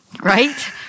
Right